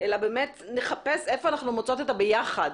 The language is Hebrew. אלא באמת נחפש איפה אנחנו מוצאות את הביחד.